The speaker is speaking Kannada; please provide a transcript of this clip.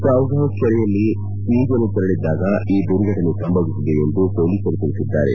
ಸವಗಾ ಬಳ ಕೆರೆಯಲ್ಲಿ ಈಜಲು ತೆರಳಿದ್ದಾಗ ಈ ದುರ್ಘಟನೆ ಸಂಭವಿಸಿದೆ ಎಂದು ಪೊಲೀಸರು ತಿಳಿಸಿದ್ದಾರೆ